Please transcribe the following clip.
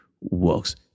works